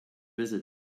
visit